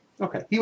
okay